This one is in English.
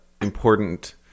important